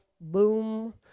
boom